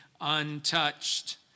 untouched